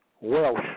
Welsh